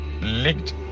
licked